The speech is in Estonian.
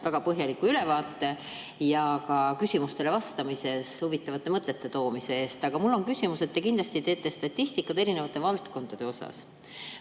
väga põhjaliku ülevaate ja küsimustele vastamisel huvitavate mõtete esitamise eest! Aga mul on küsimus. Te kindlasti teete statistikat erinevate valdkondade kohta,